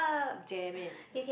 damn it